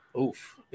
Oof